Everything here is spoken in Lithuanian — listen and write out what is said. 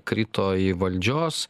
krito į valdžios